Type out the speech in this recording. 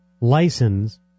license